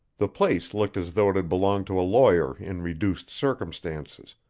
the place looked as though it had belonged to a lawyer in reduced circumstances,